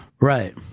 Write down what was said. Right